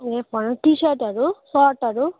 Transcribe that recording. ए फर् टिसर्टहरू सर्टहरू